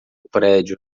prédio